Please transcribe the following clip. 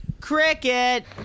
Cricket